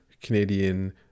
Canadian